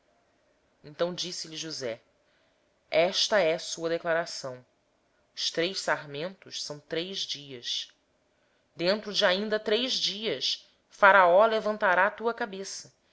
faraó então disse-lhe josé esta é a sua interpretação os três sarmentos são três dias dentro de três dias faraó levantará a tua cabeça